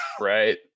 Right